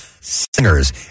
singers